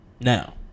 Now